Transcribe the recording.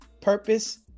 Purpose